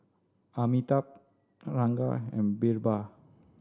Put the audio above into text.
Amitabh Ranga and Birbal